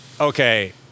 okay